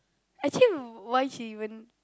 actually why she even